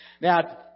Now